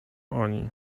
oni